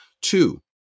two